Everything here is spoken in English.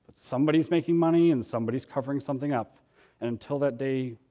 somebody's making money and somebody's covering something up. and until that day